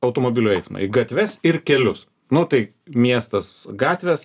automobilių eismą į gatves ir kelius nu tai miestas gatvės